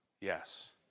Yes